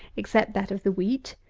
except that of the wheat,